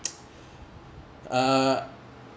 uh